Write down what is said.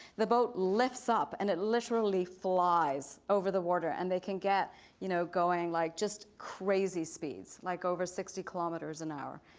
the boat lifts up and it literally flies over the water. and they can get you know going like just crazy speeds, like over over sixty kilometers an hour,